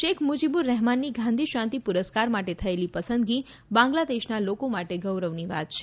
શેખ મુજીબૂર રહેમાનની ગાંધી શાંતિ પુરસ્કાર માટે થયેલી પસંદગી બાંગ્લાદેશના લોકો માટે ગૌરવની વાત છે